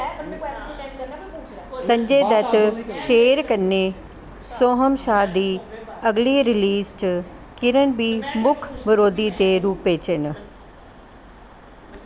संजय दत्त शेर कन्नै सोहन शाह दी अगली रिलीज च किरण बी मुक्ख बरोधी दे रूपै च न